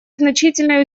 значительные